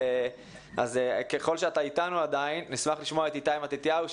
אז נשמח לשמוע את איתי מתתיהו,